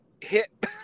hit